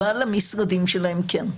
אבל המשרדים שלהם כן.